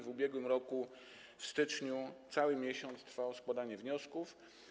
W ubiegłym roku w styczniu cały miesiąc trwało składanie wniosków.